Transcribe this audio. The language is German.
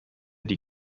die